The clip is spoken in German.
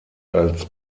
als